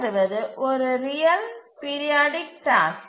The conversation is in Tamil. பின்வருவது ஒரு ரியல் பீரியாடிக் டாஸ்க்